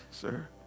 sir